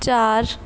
ਚਾਰ